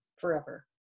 forever